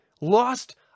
lost